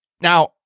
Now